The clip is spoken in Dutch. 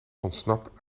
ontsnapt